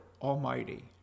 Almighty